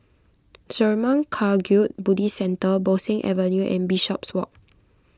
Zurmang Kagyud Buddhist Centre Bo Seng Avenue and Bishopswalk